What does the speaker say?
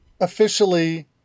officially